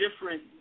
different